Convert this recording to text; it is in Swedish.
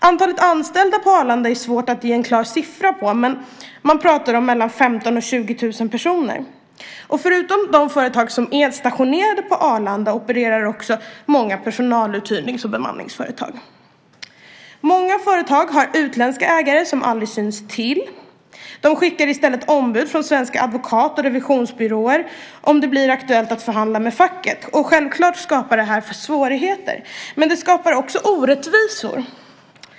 Antalet anställda på Arlanda är svårt att ge en klar siffra på, men man pratar om mellan 15 000 och 20 000 personer. Förutom de företag som är stationerade på Arlanda opererar också många personaluthyrnings och bemanningsföretag där. Många företag har utländska ägare som aldrig syns till. De skickar i stället ombud från svenska advokat och revisionsbyråer om det blir aktuellt att förhandla med facket. Självklart skapar det här svårigheter, men det skapar också orättvisor.